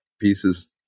pieces